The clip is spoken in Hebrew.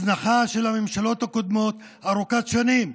הזנחה של הממשלות הקודמות, ארוכת שנים.